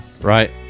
right